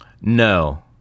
no